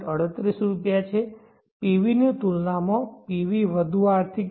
38 રૂપિયા છે PV ની તુલનામાં PV વધુ આર્થિક છે